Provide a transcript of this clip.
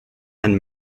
and